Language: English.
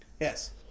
Yes